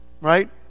right